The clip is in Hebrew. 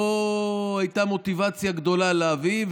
לא הייתה מוטיבציה גדולה להביא,